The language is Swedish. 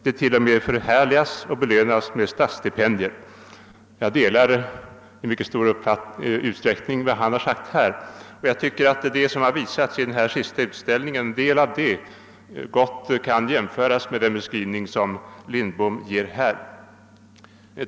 Det till och med förhärligas och belönas med statsstipendier.» Jag delar i mycket stor utsträckning dessa åsikter, och jag tycker att en del av det som visats på den senaste utställningen gott kan hänföras till det dr Lindbom skrivit.